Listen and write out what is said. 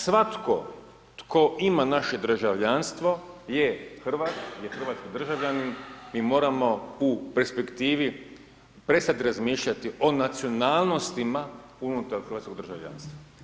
Svatko tko ima naše državljanstvo je Hrvat, je hrvatski državljanin, mi moramo u perspektivi prestati razmišljati o nacionalnostima unutar hrvatskog državljanstva.